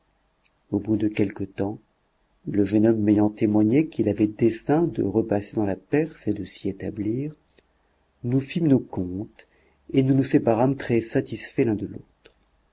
au bout de quelque temps le jeune homme m'ayant témoigné qu'il avait dessein de repasser dans la perse et de s'y établir nous fîmes nos comptes et nous nous séparâmes très satisfaits l'un de l'autre